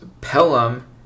Pelham